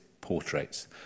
portraits